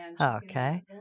Okay